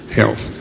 health